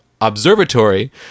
Observatory